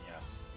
yes